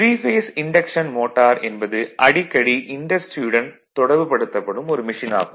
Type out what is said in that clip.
three phase induction motor என்பது அடிக்கடி இன்டஸ்ட்ரியுடன் தொடர்புபடுத்தப்படும் ஒரு மெஷின் ஆகும்